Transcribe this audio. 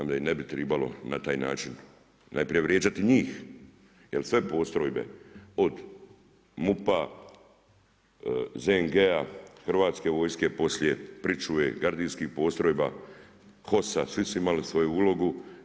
Onda i ne bi tribalo na taj način najprije vrijeđati njih, jer sve postrojbe od MUP-a, ZNG-a, Hrvatske vojske poslije, pričuve, gardijskih postrojba, HOS-a, svi su imali svoju ulogu.